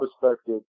perspective